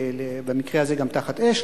ובמקרה הזה גם תחת אש,